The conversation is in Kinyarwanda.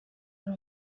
ari